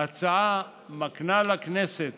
ההצעה מקנה לכנסת